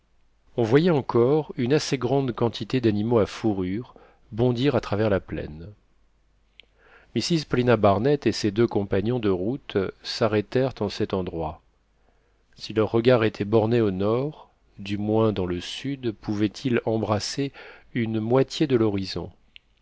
on voyait encore une assez grande quantité d'animaux à fourrures bondir à travers la plaine mrs paulina barnett et ses deux compagnons de route s'arrêtèrent en cet endroit si leurs regards étaient bornés au nord du moins dans le sud pouvaient-ils embrasser une moitié de l'horizon